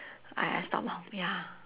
I I stop lor ya